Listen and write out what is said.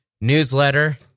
newsletter